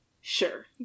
Sure